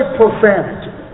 profanity